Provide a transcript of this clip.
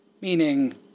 Meaning